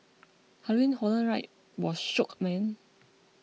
Halloween Horror Night was shook man